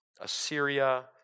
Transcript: Assyria